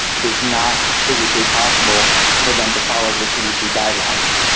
it is not physically possible for them to follow the cdc guidelines,